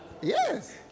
Yes